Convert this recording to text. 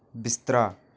बिस्तरा